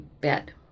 bed